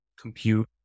compute